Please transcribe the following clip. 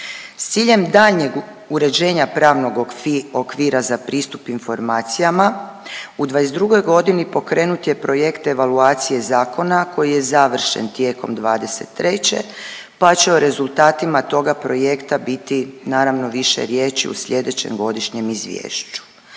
S ciljem daljnjeg uređenja pravnog okvira za pristup informacijama u 2022. godini pokrenut je projekt evaluacije zakona koji je završen tijekom 2023. pa će o rezultatima toga projekta biti naravno više riječi u sljedećem godišnjem izvješću.